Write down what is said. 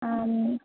आम्